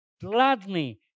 gladly